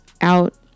out